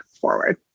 forward